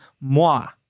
moi